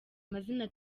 mazina